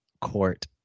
court